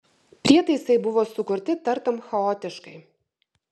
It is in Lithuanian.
prietaisai buvo sukurti tartum chaotiškai